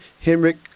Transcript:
Henrik